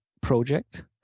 project